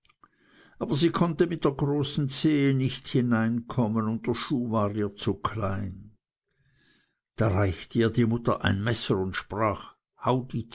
aber sie konnte mit der großen zehe nicht hineinkommen und der schuh war ihr zu klein da reichte ihr die mutter ein messer und sprach